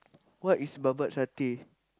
what is babat satay